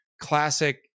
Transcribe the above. classic